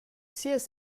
sias